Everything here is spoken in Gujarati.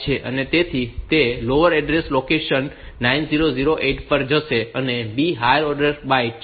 તેથી તે લોઅર ઓર્ડર એડ્રેસ લોકેશન 998 પર જશે અને B હાયર ઓર્ડર બાઈટ છે